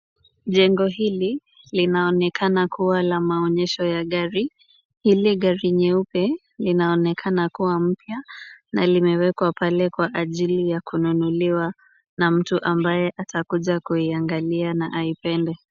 Jengo hili linaonekana kuwa la maonyesho ya gari . Hili gari nyeupe linaonekana kuwa mpya na limewekwa pale kwa ajili ya kununuliwa na mtu ambaye atakuja kuiangalia na aipende.